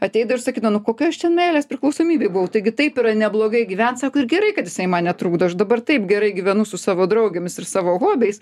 ateidavo ir sakydavo nu kokioj aš čia meilės priklausomybėj buvau taigi taip yra neblogai gyvent sako ir gerai kad jisai man netrukdo aš dabar taip gerai gyvenu su savo draugėmis ir savo hobiais